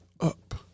up